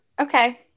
Okay